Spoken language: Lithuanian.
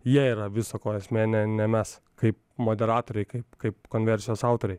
jie yra viso ko esmė ne ne mes kai moderatoriai kaip kaip konversijos autoriai